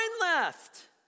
left